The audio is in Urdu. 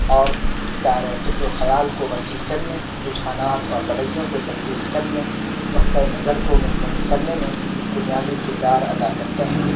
اور دائرۂ فکر و خیال کو وسیع کرنے رجحانات اور رویوں کو تبدیل کرنے نقطۂ نظر کو مطمئن کرنے میں بنیادی کردار ادا کرتے ہیں